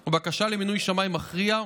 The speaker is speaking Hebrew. או בבקשה למינוי שמאי מכריע,